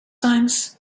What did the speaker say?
times